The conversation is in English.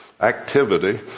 activity